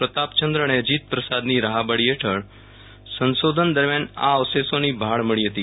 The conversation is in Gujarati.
પ્રતાપચન્દ્ર અને અજીત પ્રસાદની રાહબરી હેઠળ સંશોધન દરમિયાન આ અવશેષોની ભાળ મળી હતી